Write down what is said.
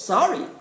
Sorry